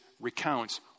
recounts